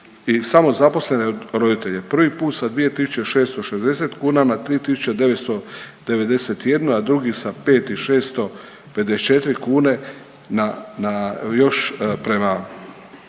samozaposlene roditelje. Prvi put sa 2.660 kuna na 3.991, a drugi sa 5.654 na, na još prema